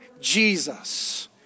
Jesus